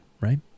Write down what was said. right